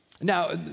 Now